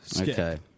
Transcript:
Okay